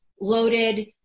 loaded